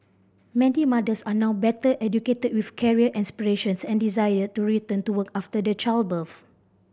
many mothers are now better educated with career aspirations and desire to return to work after the childbirth